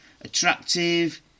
attractive